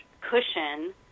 cushion